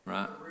Right